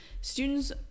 students